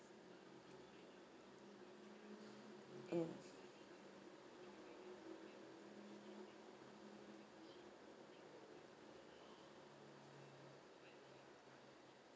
mm